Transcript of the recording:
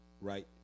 right